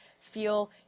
feel